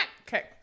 Okay